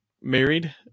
married